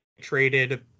traded